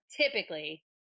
typically